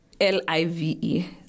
L-I-V-E